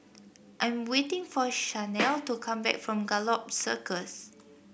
I'm waiting for Shanell to come back from Gallop Circus